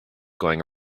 going